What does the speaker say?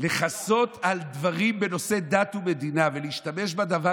לכסות על דברים בנושאי דת ומדינה ולהשתמש בדבר